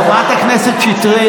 חברת הכנסת שטרית,